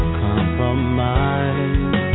compromise